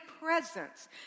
presence